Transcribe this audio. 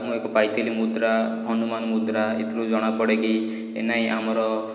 ମୁଁ ଏକ ପାଇଥିଲି ମୁଦ୍ରା ହନୁମାନ ମୁଦ୍ରା ଏଥିରୁ ଜଣାପଡ଼େ କି ନାଇଁ ଆମର